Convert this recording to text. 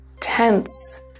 tense